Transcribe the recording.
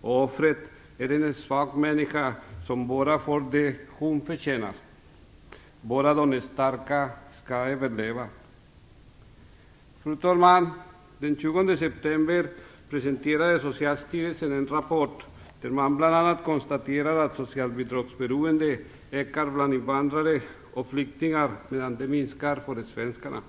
och offret är en svag människa som bara får det hon förtjänar. Bara de starka skall överleva. Fru talman! Den 20 september 1995 presenterade Socialstyrelsen en rapport där man bl.a. konstaterar att socialbidragsberoendet ökar bland invandrare och flyktingar medan det minskar för svenskarna.